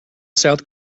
south